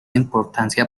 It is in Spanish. importancia